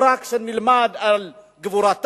לא רק שנלמד על גבורתם,